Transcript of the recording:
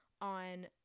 on